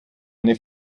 eine